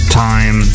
time